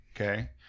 okay